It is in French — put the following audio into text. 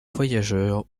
voyageurs